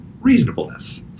reasonableness